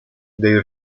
they